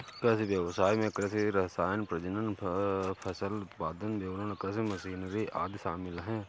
कृषि व्ययसाय में कृषि रसायन, प्रजनन, फसल उत्पादन, वितरण, कृषि मशीनरी आदि शामिल है